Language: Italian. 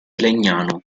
legnano